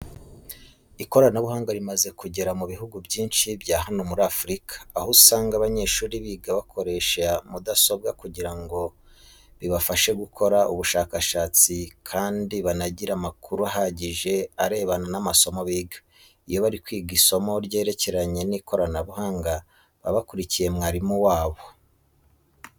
Ikoranabuhanga rimaze kugera mu bihugu byinshi bya hano muri Afurika, aho usanga abanyeshuri biga bakoresheje mudasobwa kugira ngo bibafashe gukora ubushakashatsi kandi banagire amakuru ahagije arebana n'amasomo biga. Iyo bari kwiga isomo ryerekeranye n'ikoranabuhanga baba bakurikiye mwarimu wabo.